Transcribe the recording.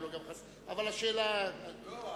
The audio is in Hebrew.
יש לי תוספת,